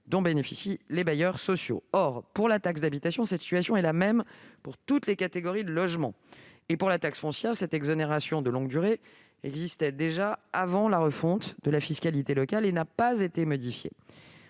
dont bénéficient déjà les bailleurs sociaux. Or la situation en matière de taxe d'habitation est la même pour toutes les catégories de logements et, pour la taxe foncière, l'exonération de longue durée existait déjà avant la refonte de la fiscalité locale et n'a pas été modifiée.